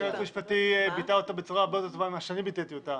היועץ המשפטי ביטא אותה בצורה הרבה יותר טובה מאשר אני ביטאתי אותה.